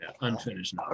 Unfinished